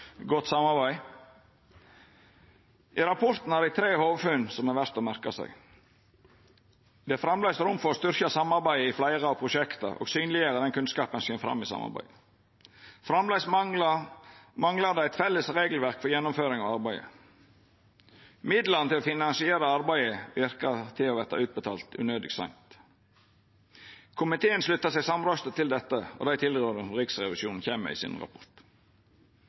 godt samarbeid. I rapporten har dei tre hovudfunn som er verdt å merka seg: Det er framleis rom for å styrkja samarbeidet i fleire av prosjekta og synleggjera den kunnskapen som kjem fram i samarbeidet. Framleis manglar det eit felles regelverk for gjennomføring av arbeidet. Midlane til å finansiera arbeidet verkar å verta utbetalt unødig seint. Komiteen sluttar seg samrøystes til dette og dei tilrådingane Riksrevisjonen kjem med i rapporten sin.